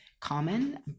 common